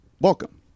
Welcome